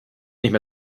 nicht